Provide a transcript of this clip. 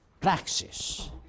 praxis